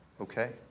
Okay